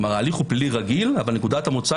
כלומר ההליך הוא פלילי רגיל אבל נקודת המוצא